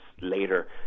later